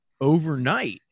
overnight